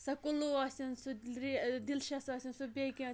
سۄ کُلوٗ ٲسِن سُہ ڈِلشَس ٲسِن سُہ بیٚیہِ کیٚنٛہہ